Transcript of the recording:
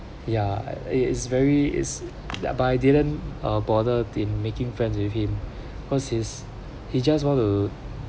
ya it it's very it's ya but I didn't bother in making friends with him cause he's he just want to